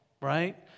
right